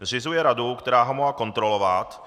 Zřizuje radu, která ho má kontrolovat.